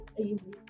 Easy